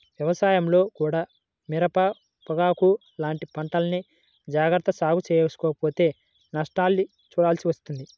వ్యవసాయంలో కూడా మిరప, పొగాకు లాంటి పంటల్ని జాగర్తగా సాగు చెయ్యకపోతే నష్టాల్ని చూడాల్సి వస్తుంది